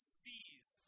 seize